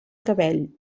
cabell